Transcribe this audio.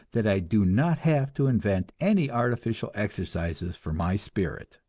that i do not have to invent any artificial exercises for my spirit.